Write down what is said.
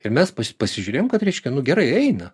ir mes pasižiūrėjom kad reiškia nu gerai eina